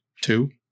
two